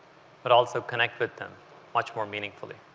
but also connect with them much more meaningfully.